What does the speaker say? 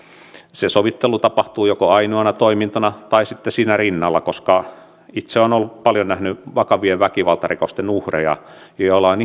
se sovittelu tapahtuu joko ainoana toimintana tai sitten siinä rinnalla koska itse olen paljon nähnyt vakavien väkivaltarikosten uhreja joilla on